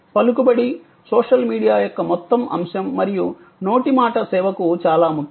పలుకుబడి social media యొక్క మొత్తం అంశం మరియు నోటి మాట సేవకు చాలా ముఖ్యం